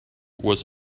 was